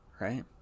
right